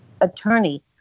attorney